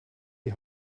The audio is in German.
die